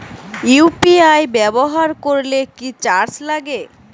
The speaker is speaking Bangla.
ইউ.পি.আই ব্যবহার করলে কি চার্জ লাগে?